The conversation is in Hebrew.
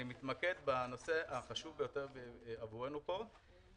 אני מתמקד בנושא החשוב ביותר עבורנו פה,